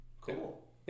Cool